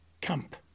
camp